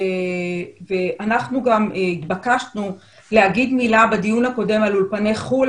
אנחנו גם התבקשנו להגיד מילה בדיון הקודם על אולפני חו"ל.